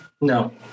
No